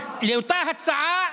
לאותה הצעה.